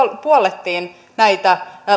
puollettiin näitä